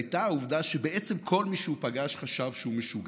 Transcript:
היה העובדה שבעצם כל מי שהוא פגש חשב שהוא משוגע.